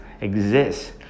exists